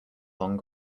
long